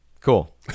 Cool